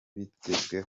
bigezweho